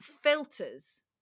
filters